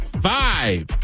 Five